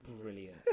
brilliant